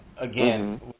Again